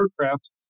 aircraft